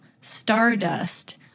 Stardust